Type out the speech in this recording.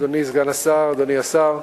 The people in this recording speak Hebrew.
אדוני סגן השר, אדוני השר,